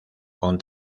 con